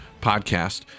podcast